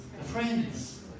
Friends